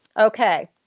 Okay